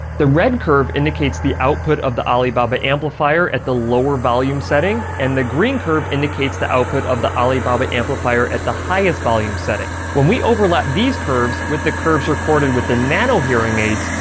the red curve indicates the output of the alibaba amplifier at the lower volume setting and the green curve indicates the output of the alibaba amplifier at the highest volume setting. when we overlap these curves with the curves recorded with the nano hearing aids,